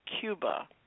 Cuba